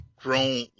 grown